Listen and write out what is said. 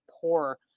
poor